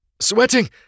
Sweating